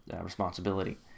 responsibility